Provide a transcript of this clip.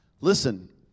Listen